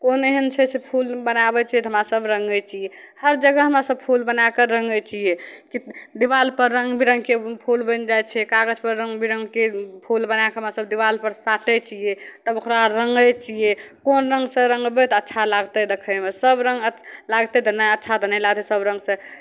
कोन एहन छै जे फूल बनाबै छियै तऽ हमरासभ रङ्गे छियै हरजगह हमरासभ फूल बना कऽ रङ्गै छियै दिवालपर रङ्ग बिरङ्गके फूल बनि जाइ छै कागजपर रङ्ग बिरङ्गके फूल बना कऽ हमरासभ देवालपर साटै छियै तब ओकरा रङ्गै छियै कोन रङ्गसे राङ्गबै तऽ अच्छा लागतै देखैमे सभ रङ्ग अ लागतै तऽ नहि अच्छा तऽ नहि लागतै सभ रङ्ग तऽ